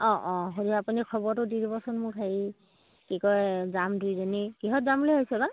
অঁ অঁ হ'লেও আপুনি খবৰটো দি দিবচোন মোক হেৰি কি কয় যাম দুইজনী কিহত যাম বুলি ভাবিছে বা